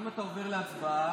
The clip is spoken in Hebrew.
אם אתה עובר להצבעה